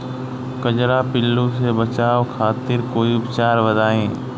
कजरा पिल्लू से बचाव खातिर कोई उपचार बताई?